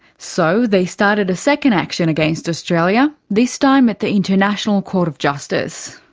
so, they started a second action against australia, this time at the international court of justice.